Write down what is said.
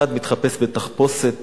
אחד מתחפש בתחפושת